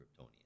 Kryptonian